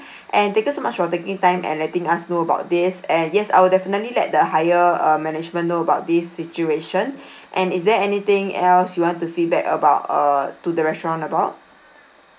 and thank you so much for taking time and letting us know about this and yes I will definitely let the higher uh management know about this situation and is there anything else you want to feedback about err to the restaurant about